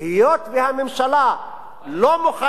היות שהממשלה לא מוכנה,